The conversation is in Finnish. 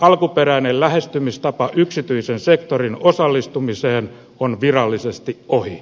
alkuperäinen lähestymistapa yksityisen sektorin osallistumiseen on virallisesti ohi